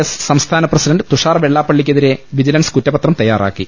S സംസ്ഥാന president Tushar വെള്ളാപ്പള്ളിക്കെ തിരെ വിജിലൻസ് കുറ്റപത്രംതയ്യാറാക്കി